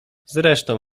zresztą